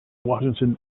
washington